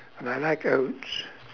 I like oats